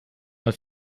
mal